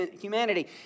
humanity